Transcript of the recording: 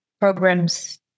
programs